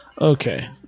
Okay